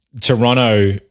Toronto